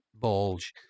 bulge